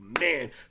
Man